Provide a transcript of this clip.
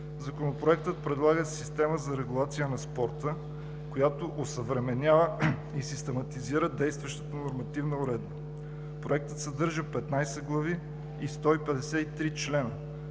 Законопроектът предлага система за регулация на спорта, която осъвременява и систематизира действащата нормативната уредба. Проектът съдържа 15 глави и 153 члена,